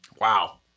wow